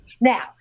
Now